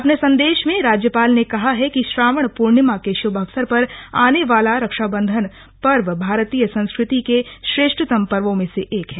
अपने संदेश में राज्यपाल ने कहा है कि श्रावण पूर्णिमा के शुभ अवसर पर आने वाला रक्षा बंधन पर्व भारतीय संस्कृति के श्रेष्ठतम पर्वो में से एक है